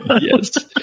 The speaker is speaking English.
Yes